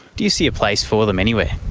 do you see a place for them anywhere?